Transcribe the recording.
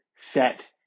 set